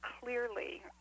clearly